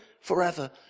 forever